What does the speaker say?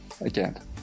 again